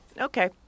Okay